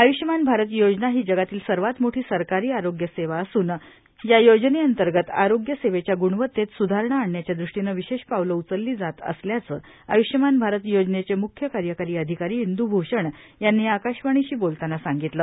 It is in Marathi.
आय्रष्यमान भारत योजना ही जगातील सर्वात मोवी सरकारी आरोब्य सेवा असून या योजने अंतर्गत आरोब्य सेवेच्या ग्रुणवत्तेत स्रुधारणा आणण्याच्या दृष्टीनं विशेष पावलं उचलली जात असल्याचं आयुष्यमान भारत योजनेचे मुख्य कार्यकारी अधिकारी इंदुभूषण यांनी आकाशवाणीशी बोलताना सांगितलं